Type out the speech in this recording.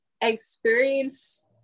experience